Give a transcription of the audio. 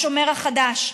מהשומר החדש.